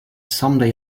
someday